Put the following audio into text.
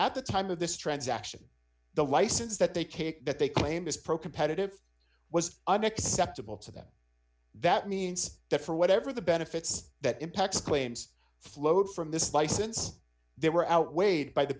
at the time of this transaction the license that they cake that they claim is pro competitive was unacceptable to them that means that for whatever the benefits that impacts claims flowed from this license they were outweighed by the